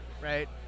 right